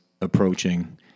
approaching